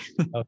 Okay